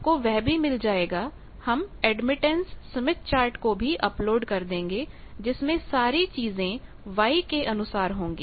आपको वह भी मिल जाएगा हम एडमिटेंस स्मिथ चार्ट को भी अपलोड कर देंगे जिसमें सारी चीजें Y के अनुसार होंगी